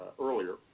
earlier